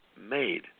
made